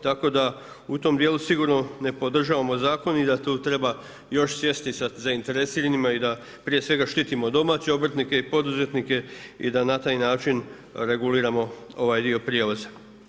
Tako da u tom djelu sigurno ne podržavamo zakon i da tu treba još sjesti sa zainteresiranima i da prije svega štitimo domaće obrtnike i poduzetnike i da na taj način reguliramo ovaj dio prijevoza.